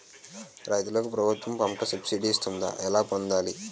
రైతులకు ప్రభుత్వం పంట సబ్సిడీ ఇస్తుందా? ఎలా పొందాలి?